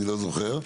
נדמה לי